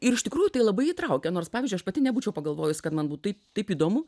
ir iš tikrųjų tai labai įtraukia nors pavyzdžiui aš pati nebūčiau pagalvojus kad man būtų taip taip įdomu